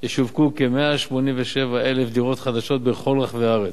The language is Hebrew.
ישווקו כ-187,000 דירות חדשות בכל רחבי הארץ,